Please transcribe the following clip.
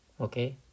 Okay